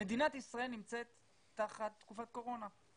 מדינת ישראל נמצאת תחת תקופת קורונה,